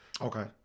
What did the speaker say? Okay